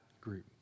group